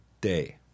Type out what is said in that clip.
day